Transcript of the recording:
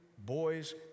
boys